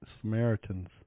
Samaritans